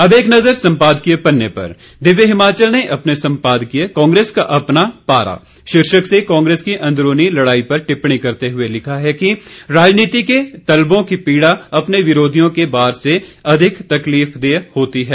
अब एक नज़र संपादकीय पन्ने पर दिव्य हिमाचल ने अपने संपादकीय कांग्रेस का अपना पारा शीर्षक से कांग्रेस की अंदरूनी लड़ाई पर टिप्पणी करते हुए लिखा है कि राजनीति के तलबों की पीड़ा अपने विरोधियों के बार से अधिक तकलीफदेह होती है